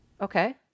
Okay